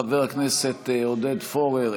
חבר הכנסת עודד פורר,